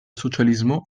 socialismo